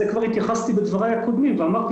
זה כבר התייחסתי בדבריי הקודמים ואמרתי